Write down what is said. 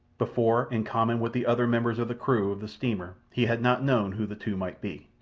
before, in common with the other members of the crew of the steamer, he had not known who the two might be.